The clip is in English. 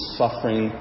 suffering